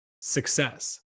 success